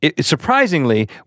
surprisingly